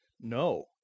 No